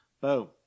Boom